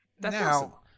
now